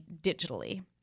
digitally